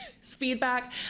feedback